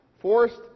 forced